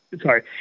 Sorry